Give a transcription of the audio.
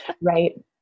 Right